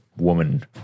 Woman